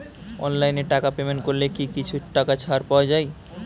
অনলাইনে টাকা পেমেন্ট করলে কি কিছু টাকা ছাড় পাওয়া যায়?